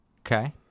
Okay